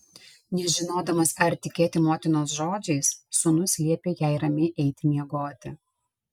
nežinodamas ar tikėti motinos žodžiais sūnus liepė jai ramiai eiti miegoti